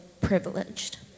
privileged